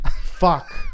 Fuck